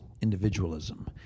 individualism